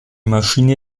maschine